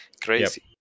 crazy